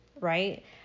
right